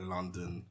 London